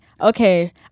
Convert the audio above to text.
okay